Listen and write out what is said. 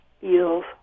feels